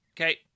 Okay